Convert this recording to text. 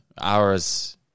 Hours